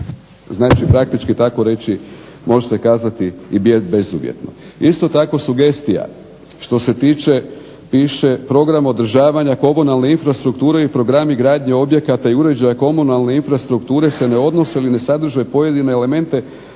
Znači praktički tako reći može se kazati i bezuvjetno. Isto tako sugestija što se tiče, piše Program održavanja komunalne infrastrukture i programi gradnje objekata i uređaja komunalne infrastrukture se ne odnose ili ne sadrže pojedine elemente